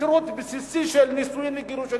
שירות בסיסי של נישואים וגירושים,